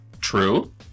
True